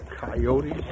Coyotes